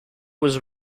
was